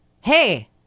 hey